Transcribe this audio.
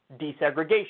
desegregation